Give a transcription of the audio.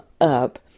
up